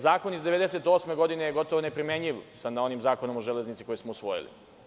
Zakon iz 1998. godine je gotovo neprimenjiv sa onim Zakonom o železnici koji smo usvojili.